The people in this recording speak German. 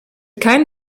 kein